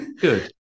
good